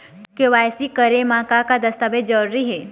KYC करे म का का दस्तावेज जरूरी हे?